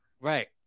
Right